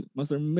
Master